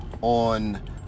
on